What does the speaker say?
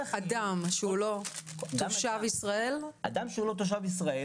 אדם שהוא לא תושב ישראל -- אדם שהוא לא תושב ישראל